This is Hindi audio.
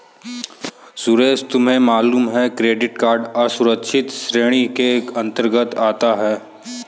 सुरेश तुम्हें मालूम है क्रेडिट कार्ड असुरक्षित ऋण के अंतर्गत आता है